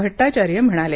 भट्टाचार्य म्हणाले